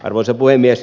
arvoisa puhemies